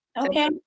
okay